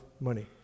money